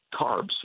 carbs